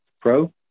Pro